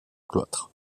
cloître